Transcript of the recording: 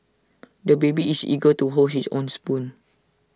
the baby is eager to hold his own spoon